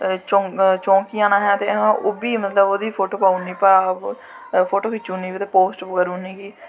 चौंकियां न असैं ते असैं ओह्बी मतलव ओह्दी फोटो पाई ओड़नी फोटो खिच्ची ओड़नी ते पाई ओड़नी